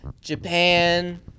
Japan